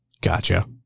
Gotcha